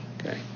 Okay